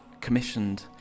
commissioned